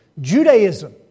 Judaism